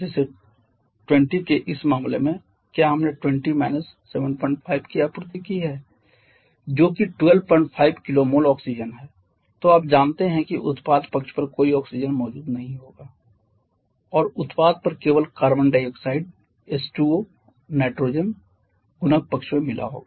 जैसे 20 के इस मामले में क्या हमने 20 75 की आपूर्ति की है जो कि 125 kmol ऑक्सीजन है तो आप जानते हैं कि उत्पाद पक्ष पर कोई ऑक्सीजन मौजूद नहीं होगा और उत्पाद पर केवल कार्बन डाइऑक्साइड H2O और नाइट्रोजन गुणक पक्ष में मिला होगा